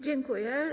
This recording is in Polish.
Dziękuję.